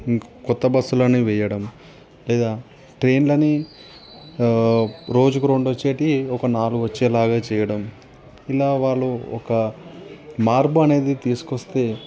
క్రొత్త బస్సులు అనేవి వేయడం లేదా ట్రైన్లని రోజుకు రెండు వచ్చేటి ఒక నాలుగు వచ్చేలాగా చేయడం ఇలా వాళ్ళు ఒక మార్పు అనేది తీసుకొస్తే